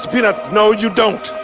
peanut! no, you don't!